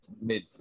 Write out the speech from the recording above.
mid